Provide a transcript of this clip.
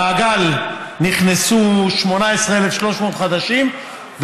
למעגל נכנסו 18,300 חדשים,